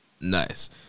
nice